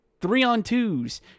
three-on-twos